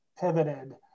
pivoted